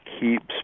keeps